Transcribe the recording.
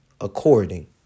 according